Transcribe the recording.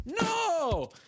No